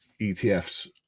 ETFs